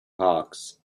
hawks